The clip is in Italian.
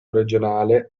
regionale